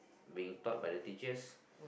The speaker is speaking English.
being taught by the teachers